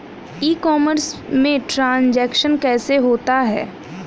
ई commerce में transaction कैसे होता है?